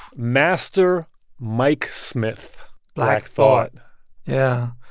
master mic-smith. black thought yeah.